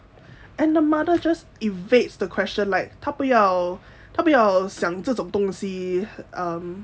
and the mother just evades the question like 他不要他不要想这种东西